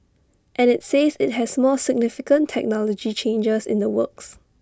and IT says IT has more significant technology changes in the works